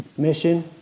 Mission